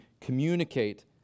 communicate